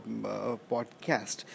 podcast